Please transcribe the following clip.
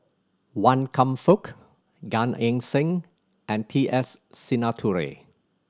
Wan Kam Fook Gan Eng Seng and T S Sinnathuray